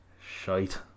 shite